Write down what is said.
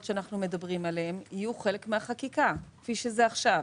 שאנחנו מדברים עליהן יהיו חלק מהחקיקה כפי שזה עכשיו.